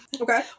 Okay